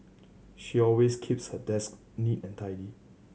she always keeps her desk neat and tidy